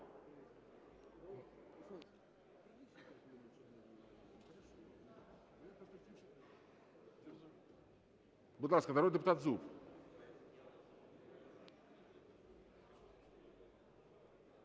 Будь ласка, народний депутат Зуб.